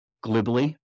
glibly